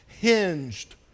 hinged